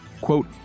quote